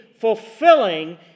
fulfilling